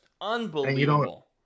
Unbelievable